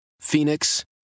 Phoenix